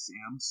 Sam